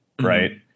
right